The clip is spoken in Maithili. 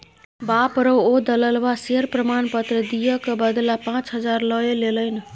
बाप रौ ओ दललबा शेयर प्रमाण पत्र दिअ क बदला पाच हजार लए लेलनि